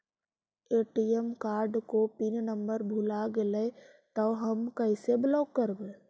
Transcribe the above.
ATM card को pin number भुला गैले तौ हम कैसे ब्लॉक करवै?